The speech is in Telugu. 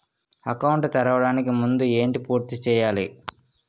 అకౌంట్ తెరవడానికి ముందు ఏంటి పూర్తి చేయాలి?